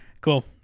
Cool